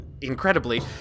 incredibly